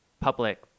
public